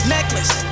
Necklace